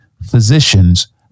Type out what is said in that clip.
physicians